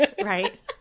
Right